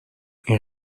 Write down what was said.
این